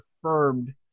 affirmed